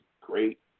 great